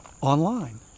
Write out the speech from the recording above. online